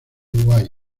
uruguay